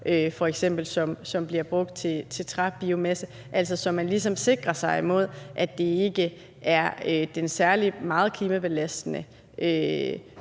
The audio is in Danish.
restprodukter, der bliver brugt til træbiomasse, altså så man ligesom sikrer sig, at det ikke er den særlige meget klimabelastende